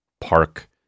Park